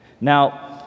Now